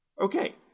Okay